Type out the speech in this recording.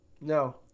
No